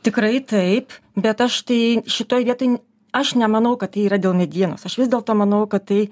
tikrai taip bet aš tai šitoj vietoj aš nemanau kad tai yra dėl medienos aš vis dėlto manau kad tai